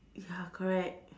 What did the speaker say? ya correct